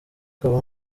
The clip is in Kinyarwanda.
akaba